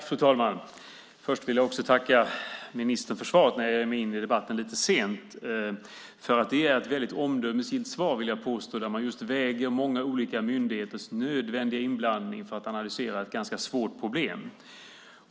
Fru talman! Jag ger mig in i debatten lite sent. Först vill jag också tacka ministern för svaret. Det är ett väldigt omdömesgillt svar, där man just väger många olika myndigheters nödvändiga inblandning för att analysera ett ganska svårt problem.